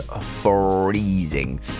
freezing